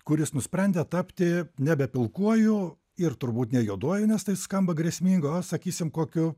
kuris nusprendė tapti nebe pilkuoju ir turbūt ne juoduoju nes tai skamba grėsmingai o sakysim kokiu